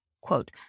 quote